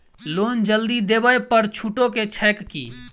Loan जल्दी देबै पर छुटो छैक की?